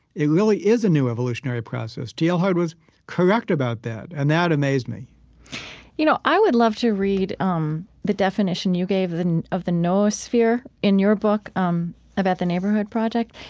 it really is a new evolutionary process. teilhard was correct about that and that amazed me you know, i would love to read um the definition you gave and of the noosphere in your book um about the neighborhood project.